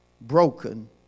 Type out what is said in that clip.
broken